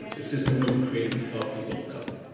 the system wasn't created to help people of color.